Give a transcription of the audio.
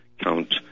count